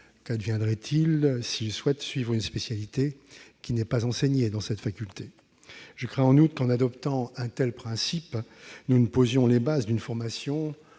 Qu'adviendrait-il s'ils souhaitaient, ensuite, suivre une spécialité qui n'est pas enseignée dans cette faculté ? Je crains en outre que, en adoptant un tel principe, nous ne posions les bases d'une formation